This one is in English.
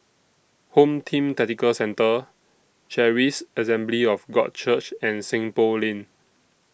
Home Team Tactical Centre Charis Assembly of God Church and Seng Poh Lane